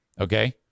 Okay